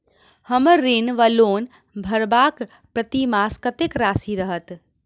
हम्मर ऋण वा लोन भरबाक प्रतिमास कत्तेक राशि रहत?